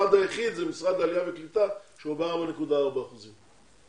המשרד היחיד הוא משרד העלייה והקליטה שהוא ב-4.4 אחוזים.